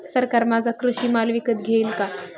सरकार माझा कृषी माल विकत घेईल का?